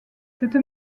cette